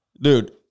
dude